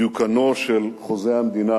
דיוקנו של חוזה המדינה